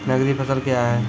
नगदी फसल क्या हैं?